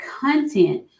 content